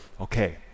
Okay